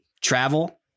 travel